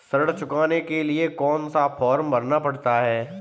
ऋण चुकाने के लिए कौन सा फॉर्म भरना पड़ता है?